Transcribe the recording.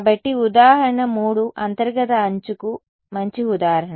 కాబట్టి ఉదాహరణ 3 అంతర్గత అంచుకు మంచి ఉదాహరణ